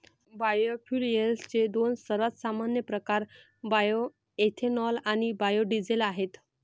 बायोफ्युएल्सचे दोन सर्वात सामान्य प्रकार बायोएथेनॉल आणि बायो डीझेल आहेत